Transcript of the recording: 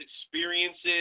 experiences